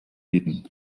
bieten